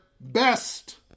best